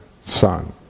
Son